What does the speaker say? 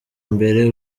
mbere